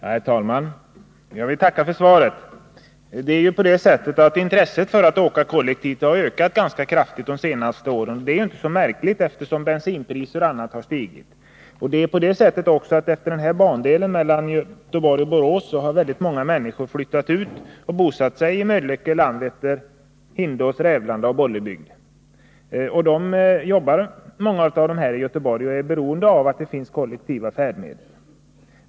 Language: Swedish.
Herr talman! Jag vill tacka för svaret. Intresset för att åka kollektivt har ju ökat ganska kraftigt under de senaste åren. Det är inte så märkligt, eftersom bensinpriser och annat har stigit. Utefter bandelen mellan Göteborg och Borås har många människor bosatt sig — i Mölnlycke, Landvetter, Hindås, Rävlanda och Bollebygd. Många av dessa människor jobbar i Göteborg och är beroende av att det finns kollektiva färdmedel.